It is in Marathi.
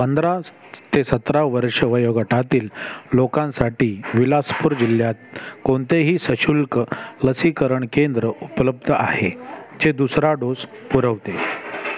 पंधरा ते सतरा वर्ष वयोगटातील लोकांसाठी विलासपूर जिल्ह्यात कोणतेही सशुल्क लसीकरण केंद्र उपलब्ध आहे जे दुसरा डोस पुरवते